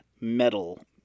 metal